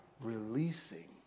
releasing